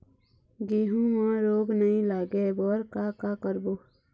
गेहूं म रोग नई लागे बर का का करबो?